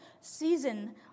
season